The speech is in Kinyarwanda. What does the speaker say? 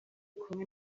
kumwe